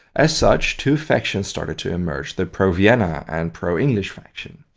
as such, two factions started to emerge the pro-vienna and pro-english faction.